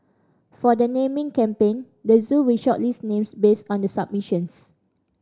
for the naming campaign the zoo will shortlist names based on the submissions